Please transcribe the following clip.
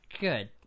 good